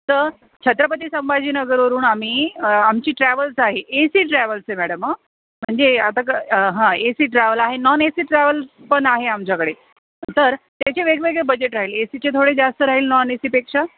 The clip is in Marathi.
तर छत्रपती संभाजी नगरवरून आम्ही आमची ट्रॅव्हल्स आहे ए सी ट्रॅव्हल्स आहे मॅडम हा म्हणजे आता क हा ए सी ट्रॅव्हल आहे नॉन ए सी ट्रॅव्हल्स पण आहे आमच्याकडे तर त्याचे वेगवेगळे बजेट राहील ए सीचे थोडे जास्त राहील नॉन एसीपेक्षा